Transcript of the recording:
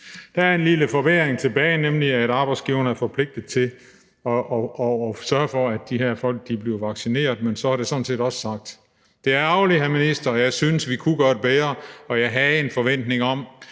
Der er en lille forbedring tilbage, nemlig at arbejdsgiverne er forpligtet til at sørge for, at de her folk bliver vaccineret, men så er det sådan set også sagt. Det er ærgerligt, hr. minister; jeg synes, at vi kunne gøre det bedre, og jeg havde en forventning om,